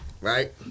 right